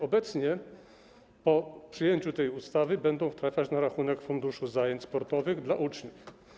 Obecnie po przyjęciu tej ustawy będą trafiać na rachunek Funduszu Zajęć Sportowych dla Uczniów.